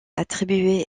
attribuée